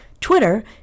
Twitter